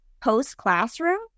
post-classroom